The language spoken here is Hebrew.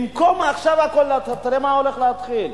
במקום לעשות הכול עכשיו, תראה מה הולך להתחיל: